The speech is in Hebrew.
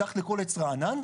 מתחת לכל עץ רענן,